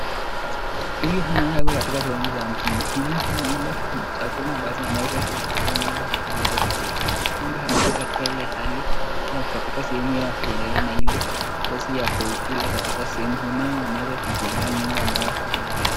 Huyu naye ako katika sehemu za nchini hii ila chakula ambazo ameweza kuletea ng'ombe ili aweze kukula. Ng'ombe hawa wako katika ile hali ya kukatika katika sehemu yao haiwezi kukula katika sehemu. Huyu naye ameijengea nyumba ambayo wanaishi ndani.